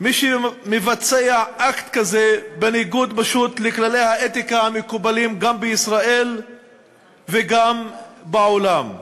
מי שמבצע אקט כזה בניגוד לכללי האתיקה המקובלים גם בישראל וגם בעולם.